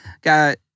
got